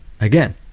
again